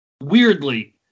Weirdly